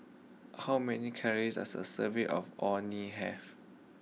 how many calories does a serving of Orh Nee have